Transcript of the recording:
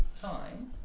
time